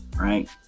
right